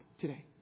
today